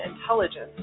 intelligence